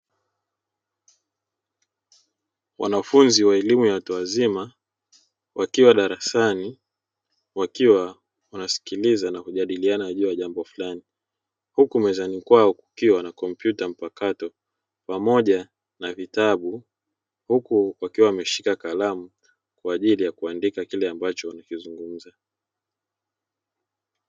Wanafunzi wa elimu ya watu wazima wakiwa darasani wakiwa wanasikiliza na kujadiliana juu ya jambo fulani, huku mezani kwao kukiwa na kompyuta mpakato pamoja na vitabu, huku wakiwa wameshika kalamu kwa ajili ya kuandika kile ambacho wanakizungumza.